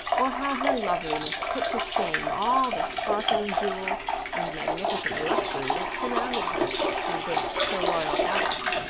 or how her loveliness put to shame all the sparkling jewels and magnificent luxury that surrounded her in this her royal palace.